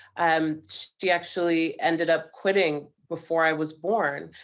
um, she actually ended up quitting before i was born,